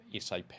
SAP